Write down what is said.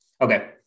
okay